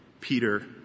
Peter